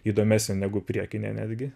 įdomesė negu priekinė netgi